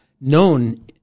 known